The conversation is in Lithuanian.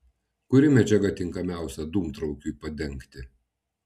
kuri medžiaga tinkamiausia dūmtraukiui padengti